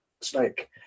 snake